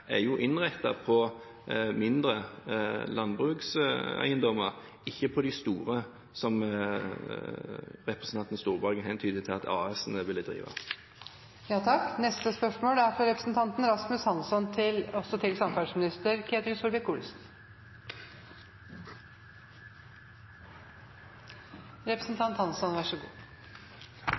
er jo innrettet på mindre landbrukseiendommer, ikke på de store, som representanten Storberget hentyder til at AS-ene ville drive. Mitt spørsmål